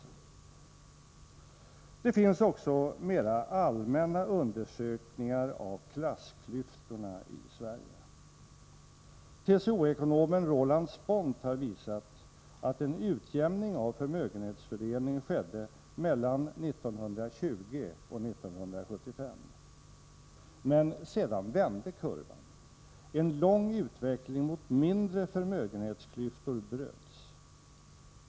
Det finns också mera allmänna undersökningar av klassklyftorna i Sverige. TCO-ekonomen Roland Spånt har visat att en utjämning av förmögenhetsfördelningen skedde mellan 1920 och 1975. Men sedan vände kurvan. En lång utveckling mot mindre förmögenhetsklyftor bröts.